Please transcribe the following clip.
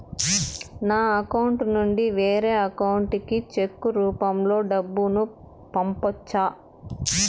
నా అకౌంట్ నుండి వేరే అకౌంట్ కి చెక్కు రూపం లో డబ్బును పంపొచ్చా?